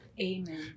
amen